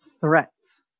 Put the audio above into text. threats